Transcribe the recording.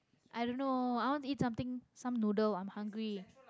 i don't know i want to eat something some noodle i'm hungry